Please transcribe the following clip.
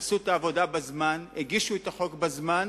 עשו את העבודה בזמן והגישו את החוק בזמן.